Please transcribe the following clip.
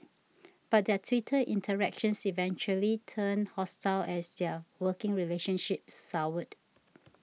but their Twitter interactions eventually turned hostile as their working relationship soured